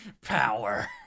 Power